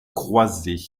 croisés